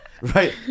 Right